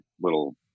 little